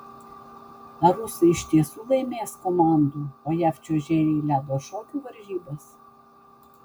ar rusai iš tiesų laimės komandų o jav čiuožėjai ledo šokių varžybas